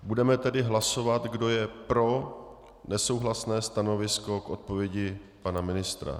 Budeme tedy hlasovat, kdo je pro nesouhlasné stanovisko k odpovědi pana ministra.